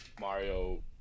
Mario